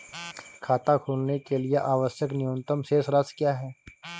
खाता खोलने के लिए आवश्यक न्यूनतम शेष राशि क्या है?